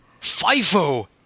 FIFO